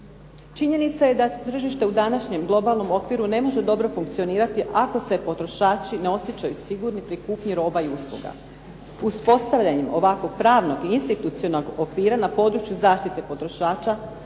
Činjenica je da tržište u današnjem globalnom okviru ne može dobro funkcionirati ako se potrošači ne osjećaju sigurni pri kupnji roba i usluga. Uspostavljanjem ovakvog pravnog i institucionalnog okvira na području zaštite potrošača,